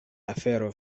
afero